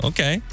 Okay